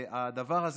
הדבר הזה,